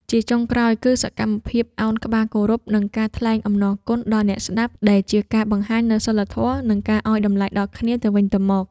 ជាចុងក្រោយ គឺសកម្មភាពឱនក្បាលគោរព និងការថ្លែងអំណរគុណដល់អ្នកស្ដាប់ ដែលជាការបង្ហាញនូវសីលធម៌ និងការឱ្យតម្លៃដល់គ្នាទៅវិញទៅមក។